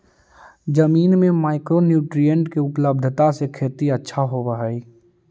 जमीन में micro nutrient के उपलब्धता से खेती अच्छा होब हई